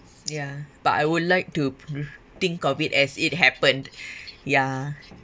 ya but I would like to think of it as it happened ya